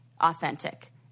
authentic